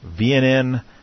VNN